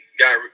got